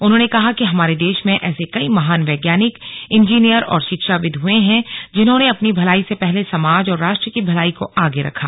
उन्होंने कहा कि हमारे देश में ऐसे कई महान वैज्ञानिक इंजीनियर और शिक्षाविद हुए हैं जिन्होंने अपनी भलाई से पहले समाज और राष्ट्र की भलाई को आगे रखा